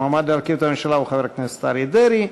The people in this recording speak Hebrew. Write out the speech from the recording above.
המועמד להרכיב את הממשלה הוא חבר הכנסת אריה דרעי.